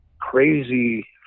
crazy